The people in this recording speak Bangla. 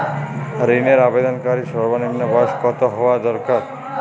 ঋণের আবেদনকারী সর্বনিন্ম বয়স কতো হওয়া দরকার?